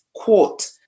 Quote